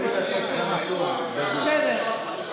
בסדר.